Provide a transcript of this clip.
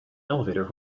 elevator